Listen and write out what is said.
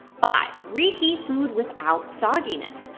five, reheat food without sogginess.